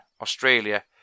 Australia